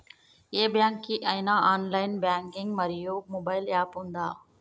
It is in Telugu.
ఏ బ్యాంక్ కి ఐనా ఆన్ లైన్ బ్యాంకింగ్ మరియు మొబైల్ యాప్ ఉందా?